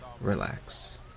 relax